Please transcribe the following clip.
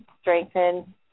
strengthen